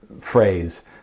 phrase